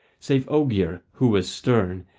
save ogier, who was stern,